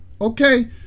Okay